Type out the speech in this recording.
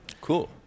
Cool